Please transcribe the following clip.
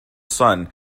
sun